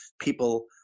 people